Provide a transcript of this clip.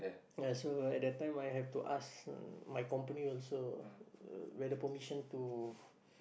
ya so at that time I had to ask my company also whether permission to